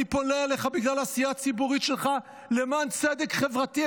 אני פונה אליך בגלל העשייה הציבורית שלך למען צדק חברתי.